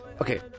Okay